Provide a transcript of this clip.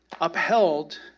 upheld